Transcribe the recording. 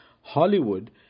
Hollywood